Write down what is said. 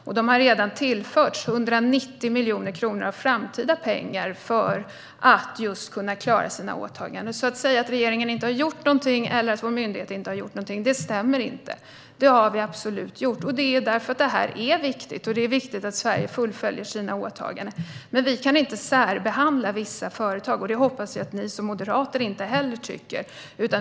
GKN har redan tillförts 190 miljoner av framtida pengar för att kunna klara sina åtaganden. Det stämmer alltså inte att regeringen inte har gjort någonting eller att vår myndighet inte har gjort någonting. Det har vi absolut gjort, och vi har gjort det därför att detta är viktigt. Det är viktigt att Sverige fullföljer sina åtaganden. Vi kan dock inte särbehandla vissa företag, och det hoppas jag att ni moderater inte heller tycker.